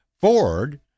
Ford